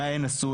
מה הן עשו.